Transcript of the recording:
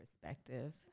perspective